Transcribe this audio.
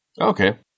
okay